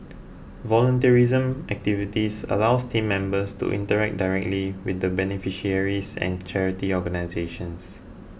volunteerism activities allows team members to interact directly with the beneficiaries and charity organisations